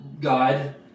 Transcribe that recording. God